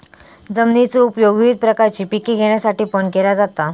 जमिनीचो उपयोग विविध प्रकारची पिके घेण्यासाठीपण केलो जाता